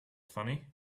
funny